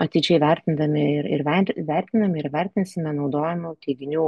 atidžiai vertindami ir ir vert vertinam ir vertinsime naudojamų teiginių